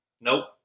nope